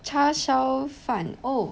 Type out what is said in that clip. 叉烧饭 oh